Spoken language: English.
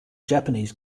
japanese